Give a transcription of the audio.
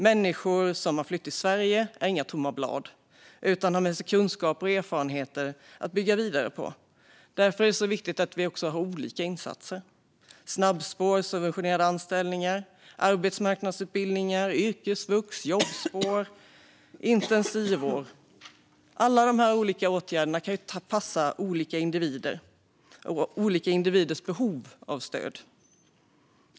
Människor som har flytt till Sverige är inga tomma blad utan har med sig kunskaper och erfarenheter att bygga vidare på. Därför är det viktigt att det finns olika insatser. Snabbspår, subventionerade anställningar, arbetsmarknadsutbildningar, yrkesvux, jobbspår och intensivår passar olika individers behov av stöd.